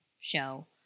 show